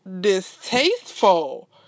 distasteful